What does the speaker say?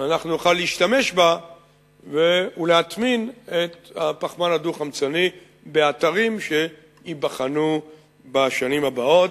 נוכל להשתמש בה ולהטמין את הפחמן הדו-חמצני באתרים שייבחנו בשנים הבאות.